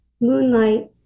Moonlight